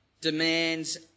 demands